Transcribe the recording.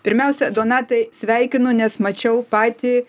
pirmiausia donatai sveikinu nes mačiau patį